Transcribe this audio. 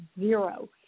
zero